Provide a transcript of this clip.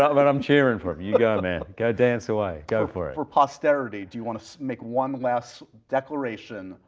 ah but i'm cheering for him, you go, man, go dance away, go for it. for posterity, do you wanna make one last declaration,